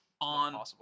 on